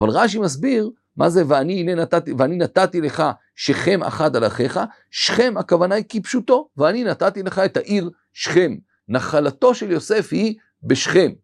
אבל רש"י מסביר מה זה ואני הנה נתתי לך שכם אחד על אחיך שכם הכוונה היא כפשוטו ואני נתתי לך את העיר שכם נחלתו של יוסף היא בשכם